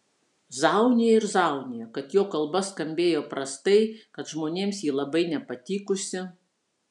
zaunija ir zaunija kad jo kalba skambėjo prastai kad žmonėms ji labai nepatikusi